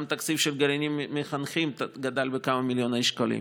גם התקציב של הגרעינים המחנכים גדל בכמה מיליוני שקלים.